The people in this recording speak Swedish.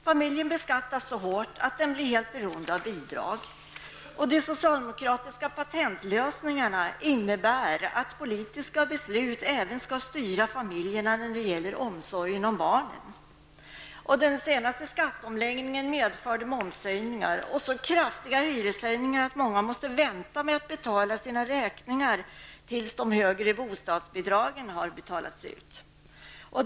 Familjen beskattas så hårt att den blir helt beroende av bidrag. De socialdemokratiska patentlösningarna innebär att politiska beslut även skall styra familjerna när det gäller omsorgen om barnen. Den senaste skatteomläggningen medförde momshöjningar och så kraftiga hyreshöjningar att många måste vänta med att betala sina räkningar tills de högre bostadsbidragen har betalats ut.